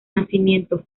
nacimiento